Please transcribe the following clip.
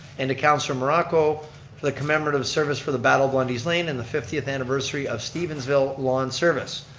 and to counselor morocco for the commemorative service for the battle of lundy's lane, and the fiftieth anniversary of stevensville lawn service.